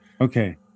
Okay